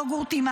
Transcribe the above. יוגורטים,